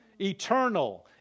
eternal